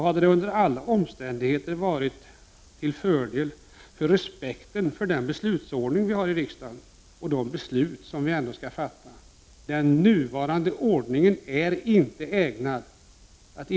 Det hade därför varit naturligt att försvarsministern behandlat denna fråga på ett varligare sätt.